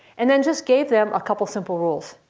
and then just gave them a couple simple rules.